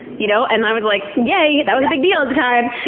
you know. and i was like, yay, that was a big deal at the time.